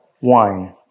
wine